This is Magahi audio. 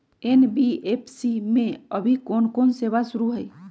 एन.बी.एफ.सी में अभी कोन कोन सेवा शुरु हई?